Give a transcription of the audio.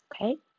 Okay